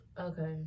Okay